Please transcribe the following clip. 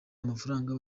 amafaranga